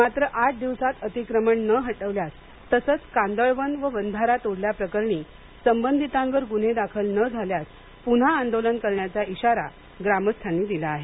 मात्र आठ दिवसात अतिक्रमण न हटविल्यास तसेच कांदळवन व बंधारा तोडल्या प्रकरणी संबधितांवर गुन्हे दाखल न झाल्यास पुन्हा आंदोलन करण्याचा इशारा ग्रामस्थांनी दिला आहे